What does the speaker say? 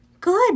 Good